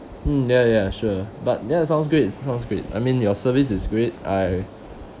mm ya ya sure but ya sounds great sounds great I mean your service is great I